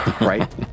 Right